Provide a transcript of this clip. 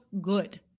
good